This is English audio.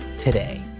Today